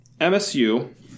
MSU